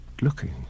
looking